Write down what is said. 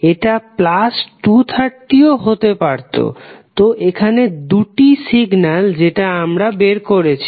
এটা 230 ও হতে পারতো তো এখানে দুটো সিগনাল যেটা আমরা বের করেছি